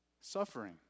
suffering